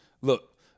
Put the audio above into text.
look